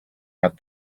add